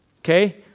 okay